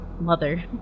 mother